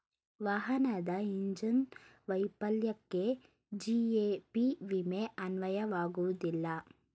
ವಾಹನದ ಇಂಜಿನ್ ವೈಫಲ್ಯಕ್ಕೆ ಜಿ.ಎ.ಪಿ ವಿಮೆ ಅನ್ವಯವಾಗುವುದಿಲ್ಲ